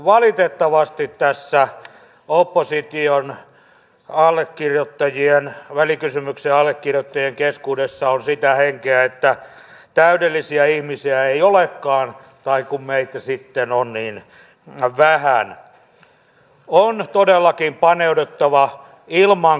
siinä nostettiin esille juuri niitäkin asioita mistä täällä on tänään puhuttu ja niitä joita myös esimerkiksi itse olen työni kautta joutunut kohtaamaan elikkä ikäihmisiä